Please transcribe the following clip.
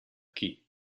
key